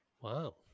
Wow